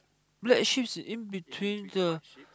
black sheep in between the